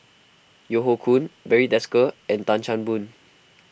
Yeo Hoe Koon Barry Desker and Tan Chan Boon